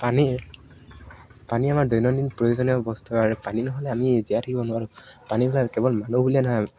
পানী পানী আমাৰ দৈনন্দিন প্ৰয়োজনীয় বস্তু আৰু পানী নহ'লে আমি জীয়াই থাকিব নোৱাৰোঁ পানীবিলাক কেৱল মানুহ বুলিয়েই নহয়